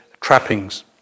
trappings